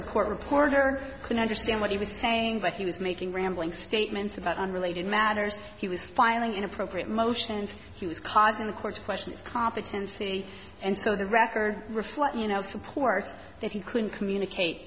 and court reporter i can understand what he was saying but he was making rambling statements about unrelated matters he was filing inappropriate motions he was causing the courts questions competency and so the record reflect you know support that he couldn't communicate